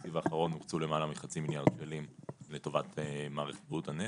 בתקציב האחרון הוקצו למעלה מחצי מיליארד שקלים לטובת מערכת בריאות הנפש.